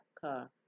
car